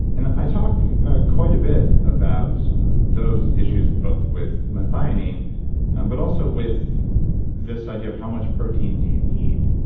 and i talk quite a bit about those issues both with methionine but also with this idea of how much protein do you need?